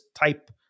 type